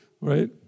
right